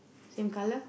same colour